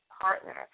partner